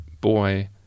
boy